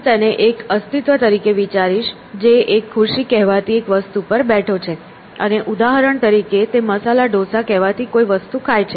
હું તેને એક અસ્તિત્વ તરીકે વિચારીશ જે એક ખુરશી કહેવાતી એક વસ્તુ પર બેઠો છે અને ઉદાહરણ તરીકે તે મસાલા ઢોસા કહેવાતી કોઈ વસ્તુ ખાય છે